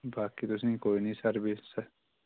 बाकी तुसें कोई नी सर्विस